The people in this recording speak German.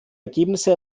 ergebnisse